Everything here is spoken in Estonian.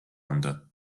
anda